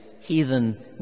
heathen